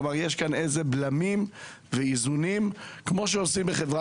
כלומר יש כאן בלמים ואיזונים, כמו שעושים בחברה